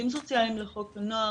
עובדים סוציאליים לחוק הנוער